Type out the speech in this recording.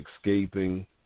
escaping